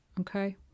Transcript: okay